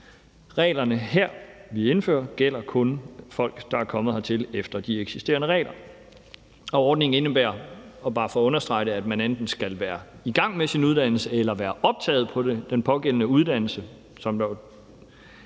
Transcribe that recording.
Reglerne her, som vi indfører, gælder kun folk, der er kommet hertil efter de eksisterende regler. Og ordningen indebærer, bare for at understrege det, at man enten skal være i gang med sin uddannelse eller være optaget på den pågældende uddannelse,